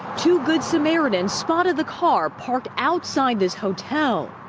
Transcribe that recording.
two good samaritans spotted the car parked outside this hotel.